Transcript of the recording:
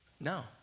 No